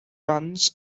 runs